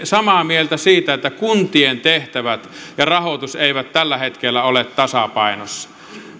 samaa mieltä siitä että kuntien tehtävät ja rahoitus eivät tällä hetkellä ole tasapainossa